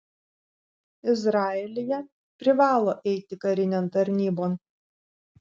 izraelyje privalo eiti karinėn tarnybon